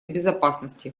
безопасности